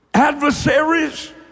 Adversaries